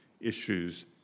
issues